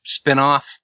spinoff